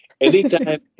Anytime